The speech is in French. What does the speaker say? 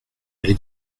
aller